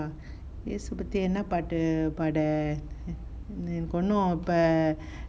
இயேசு பத்தி என்ன பாட்டு பாட எனக்கு ஒன்னும் இப்ப:yesu pathi enna paattu paada enakku onnum ippa